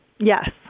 Yes